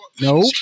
Nope